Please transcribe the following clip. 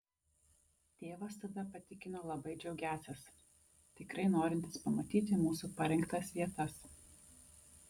tėvas tada patikino labai džiaugiąsis tikrai norintis pamatyti mūsų parinktas vietas